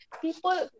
people